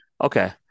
Okay